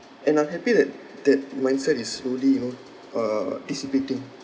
and I'm happy that that mindset is slowly you know uh dissipating